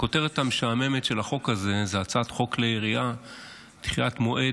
הכותרת המשעממת של החוק הזה היא הצעת חוק כלי הירייה (דחיית המועד